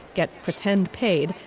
get pretend paid,